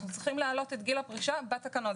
צריכים להעלות את גיל הפרישה בתקנון.